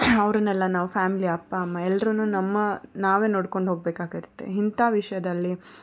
ಅವರನ್ನೆಲ್ಲ ನಾವು ಫ್ಯಾಮ್ಲಿ ಅಪ್ಪ ಅಮ್ಮ ಎಲ್ರೂ ನಮ್ಮ ನಾವೇ ನೋಡ್ಕೊಂಡು ಹೋಗಬೇಕಾಗೈತೆ ಇಂಥ ವಿಷಯದಲ್ಲಿ